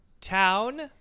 town